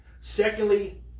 Secondly